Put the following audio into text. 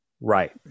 Right